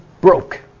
broke